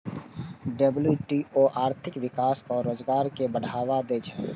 WTO आर्थिक विकास आ रोजगार कें बढ़ावा दै छै